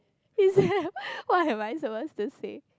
is there what am I supposed to say